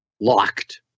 locked